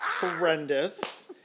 horrendous